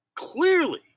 Clearly